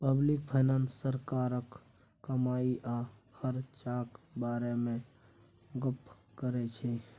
public finance सरकारक कमाई आ खरचाक बारे मे गप्प करै छै